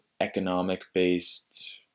economic-based